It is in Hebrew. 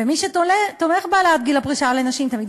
ומי שתומך בהעלאת גיל הפרישה לנשים תמיד